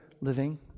living